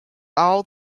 all